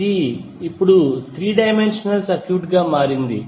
ఇది ఇప్పుడు 3 dimensional circuit గా మారింది